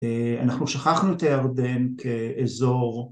‫אנחנו שכחנו את הירדן כאזור...